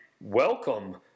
welcome